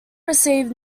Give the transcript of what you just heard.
received